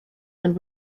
and